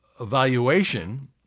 evaluation